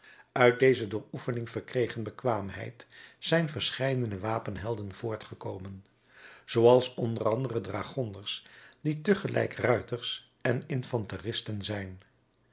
uit deze door oefening verkregen bekwaamheid zijn verscheidene wapenhelden voortgekomen zooals o a dragonders die tegelijk ruiters en infanteristen zijn